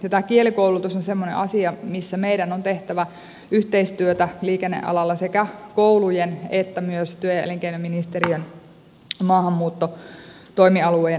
tämä kielikoulutus on semmoinen asia missä meidän on tehtävä yhteistyötä liikennealalla sekä koulujen että myös työ ja elinkeinoministeriön maahanmuuttotoimialueen kesken